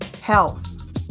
health